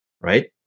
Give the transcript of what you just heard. right